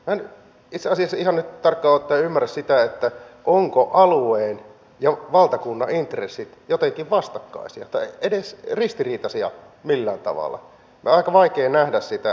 minä en itse asiassa ihan nyt tarkkaan ottaen ymmärrä sitä ovatko alueen ja valtakunnan intressit jotenkin vastakkaisia tai edes ristiriitaisia millään tavalla aika vaikea nähdä sitä